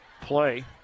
play